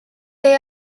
they